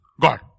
God